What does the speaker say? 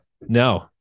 No